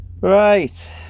Right